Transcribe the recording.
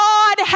God